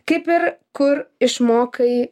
kaip ir kur išmokai